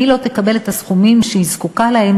והיא לא תקבל את הסכומים שהיא זקוקה להם,